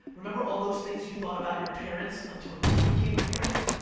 remember all those things you thought about your parents until you became a parent?